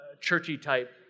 churchy-type